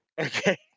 Okay